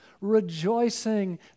rejoicing